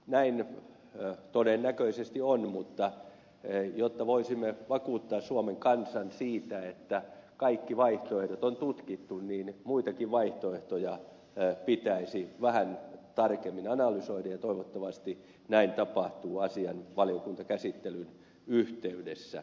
näin todennäköisesti on mutta jotta voisimme vakuuttaa suomen kansan siitä että kaikki vaihtoehdot on tutkittu niin muitakin vaihtoehtoja pitäisi vähän tarkemmin analysoida ja toivottavasti näin tapahtuu asian valiokuntakäsittelyn yhteydessä